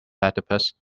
platypus